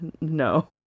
No